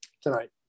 tonight